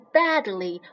badly